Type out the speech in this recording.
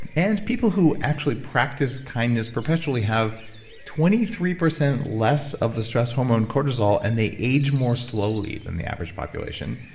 and people who actually practice kindness perpetually have twenty three percent less of the stress hormone cortisol and they age more slowly than the average population.